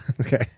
Okay